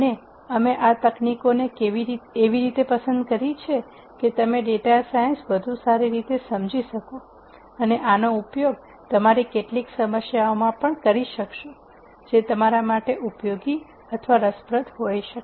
અને અમે આ તકનીકોને એવી રીતે પસંદ કરી છે કે તમે ડેટા સાયન્સ વધુ સારી રીતે સમજી શકો અને આનો ઉપયોગ તમારી કેટલીક સમસ્યાઓમાં પણ કરી શકશો જે તમારા માટે ઉપયોગી અથવા રસપ્રદ હોઈ શકે